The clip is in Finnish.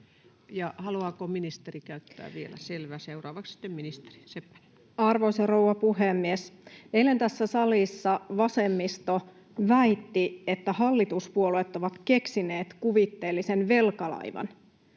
haluaako ministeri käyttää vielä? Selvä, seuraavaksi sitten ministeri. — Edustaja Seppänen. Arvoisa rouva puhemies! Eilen tässä salissa vasemmisto väitti, että hallituspuolueet ovat keksineet kuvitteellisen velkalaivan.